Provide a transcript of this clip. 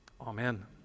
Amen